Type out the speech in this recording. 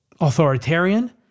authoritarian